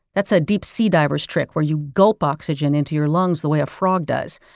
that's a deep sea divers' trick where you gulp oxygen into your lungs, the way a frog does.